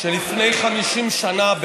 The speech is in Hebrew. שלפני 50 שנה,